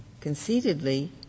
conceitedly